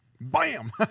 Bam